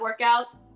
workouts